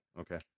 Okay